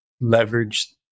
leverage